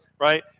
Right